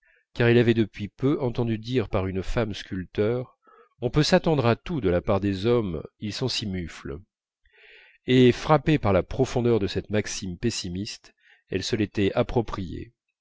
car elle avait depuis peu entendu dire par une femme sculpteur on peut s'attendre à tout de la part des hommes ils sont si mufles et frappée par la profondeur de cette maxime pessimiste elle se l'était appropriée